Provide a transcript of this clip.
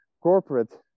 corporate